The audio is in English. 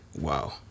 wow